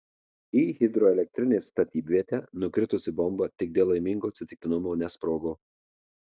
į hidroelektrinės statybvietę nukritusi bomba tik dėl laimingo atsitiktinumo nesprogo